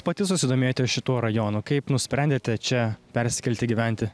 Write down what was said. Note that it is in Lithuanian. pati susidomėjote šituo rajonu kaip nusprendėte čia persikelti gyventi